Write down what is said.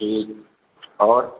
ٹھیک ہے اور